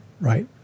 right